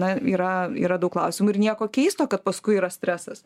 na yra yra daug klausimų ir nieko keisto kad paskui yra stresas